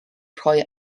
rhoi